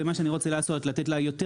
זה מה שאני רוצה לעשות לתת לה יותר